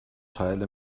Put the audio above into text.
teile